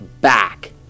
back